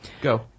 Go